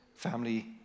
family